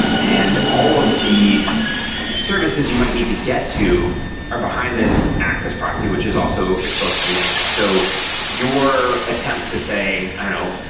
and all of the services you might need to get to are behind this access proxy, which is also exposed to the internet. so your attempt to say i don't know,